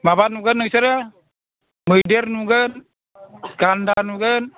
माबा नुगोन नोंसोरो मैदेर नुगोन गान्दा नुगोन